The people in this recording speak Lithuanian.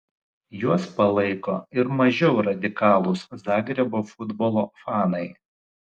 juos palaiko ir mažiau radikalūs zagrebo futbolo fanai